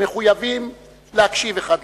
המחויבים להקשיב אחד לשני,